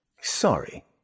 Sorry